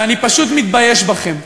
ואני פשוט מתבייש בכם.